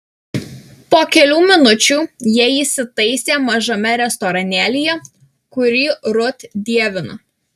po kelių minučių jie įsitaisė mažame restoranėlyje kurį rut dievino